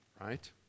right